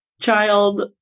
child